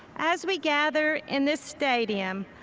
as we gather in this stadium,